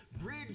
Bridge